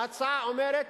ההצעה אומרת: